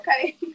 Okay